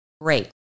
Great